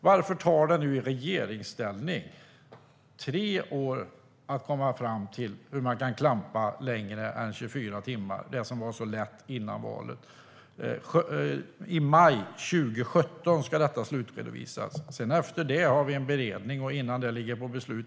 Varför tar det i regeringsställning tre år att komma fram till hur man kan klampa längre än 24 timmar? Det var ju så lätt före valet. Detta ska slutredovisas i maj 2017. Efter det har vi en beredning, innan det läggs fram för beslut.